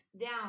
down